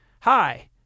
Hi